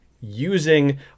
using